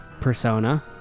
persona